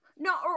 No